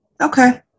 okay